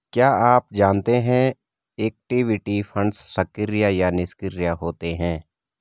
क्या आप जानते है इक्विटी फंड्स सक्रिय या निष्क्रिय होते हैं?